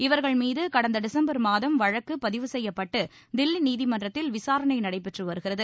இவர்கள் மீது கடந்த டிசம்பர் மாதம் வழக்கு பதிவு செய்யப்பட்டு தில்லி நீதிமன்றத்தில் விசாரனை நடைபெற்று வருகிறது